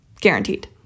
Guaranteed